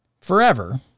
forever